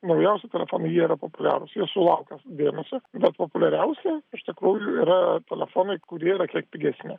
naujausi telefonai jie yra populiarūs jie sulaukia dėmesio bet populiariausi iš tikrųjų yra telefonai kurie yra kiek pigesni